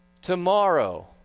Tomorrow